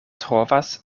trovas